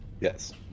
Yes